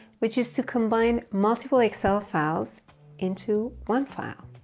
which is to combine multiple excel files into one file.